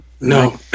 no